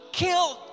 killed